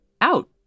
out